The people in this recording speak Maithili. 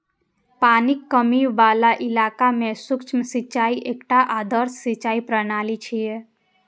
पानिक कमी बला इलाका मे सूक्ष्म सिंचाई एकटा आदर्श सिंचाइ प्रणाली छियै